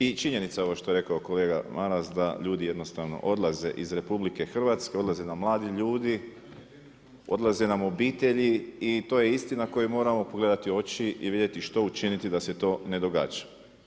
I činjenica je ovo što je rekao kolega Maras da ljudi jednostavno odlaze iz RH, odlaze nam mladi ljudi, odlaze nam obitelji i to je istina koju moramo pogledati u oči i vidjeti što učiniti da se to ne događa.